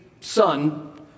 son